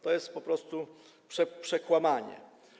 To jest po prostu przekłamanie.